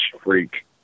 freak